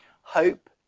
Hope